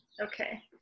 Okay